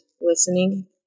listening